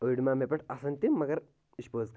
أڑۍ ما مےٚ پٮ۪ٹھ اَسن تہِ مگر یہِ چھِ پٔز کَتھ